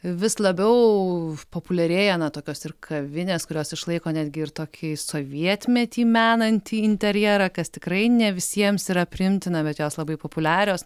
vis labiau populiarėja tokios ir kavinės kurios išlaiko netgi ir tokį sovietmetį menantį interjerą kas tikrai ne visiems yra priimtina bet jos labai populiarios